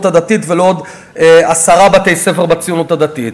הדתית ולעוד עשרה בתי-ספר בציונות הדתית,